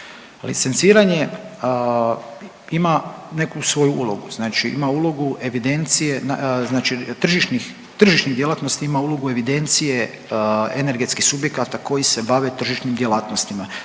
evidencije na, znači tržišnih, tržišnih djelatnosti ima ulogu evidencije energetskih subjekata koji se bave tržišnim djelatnostima